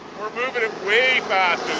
we're movin' it way